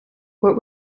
what